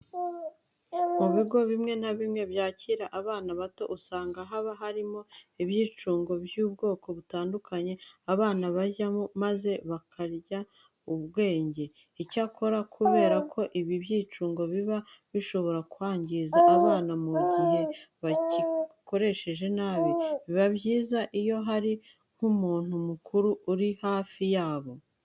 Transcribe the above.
Mu bigo bimwe na bimwe byakira abana bato usanga haba harimo ibyicungo by'ubwoko butandukanye abana bajyamo maze bakarya umunyenga. Icyakora kubera ko ibi byicungo biba bishobora kwangiza abana mu gihe babikoresheje nabi, biba byiza iyo hari nk'umuntu mukuru uri hafi yabo.